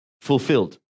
Fulfilled